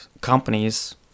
companies